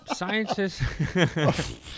Scientists